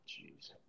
Jeez